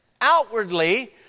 outwardly